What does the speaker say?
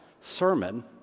sermon